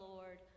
Lord